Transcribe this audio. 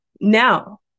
now